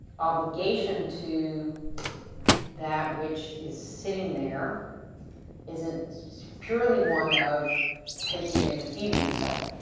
obligation to that which is sitting there isn't purely one of taking and feeding yourself,